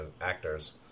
actors